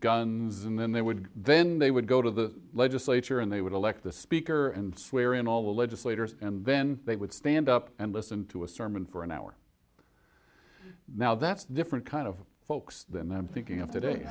guns and then they would then they would go to the legislature and they would elect the speaker and swear in all the legislators and then they would stand up and listen to a sermon for an hour now that's different kind of folks than them thinking of today